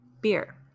beer